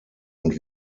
und